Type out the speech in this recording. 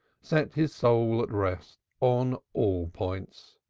set his soul at rest on all points.